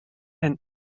and